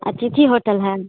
अतिथि होटल है